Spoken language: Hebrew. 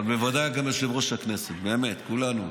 אבל בוודאי גם יושב-ראש הכנסת, באמת כולנו.